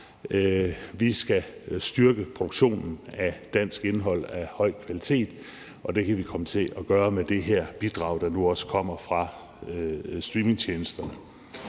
vi skal styrke produktionen af dansk indhold af høj kvalitet, og det kan vi komme til at gøre med det her bidrag, der nu også kommer fra streamingtjenesterne.